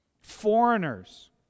foreigners